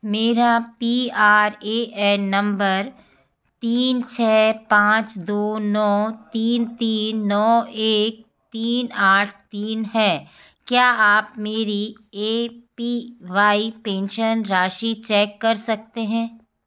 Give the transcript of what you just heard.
मेरा P R A N number तीन छः पाँच दो नो तीन तीन नौ एक तीन आठ तीन है क्या आप मेरी ए पी वाई पेंशन राशि चेक कर सकते हैं